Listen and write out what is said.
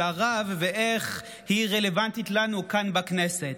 הרב ואיך היא רלוונטית לנו כאן בכנסת.